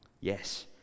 Yes